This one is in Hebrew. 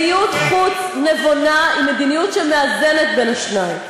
ומדיניות חוץ נבונה היא מדיניות שמאזנת בין השניים.